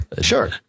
sure